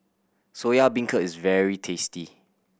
Soya Beancurd is very tasty